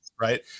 right